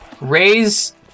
Raise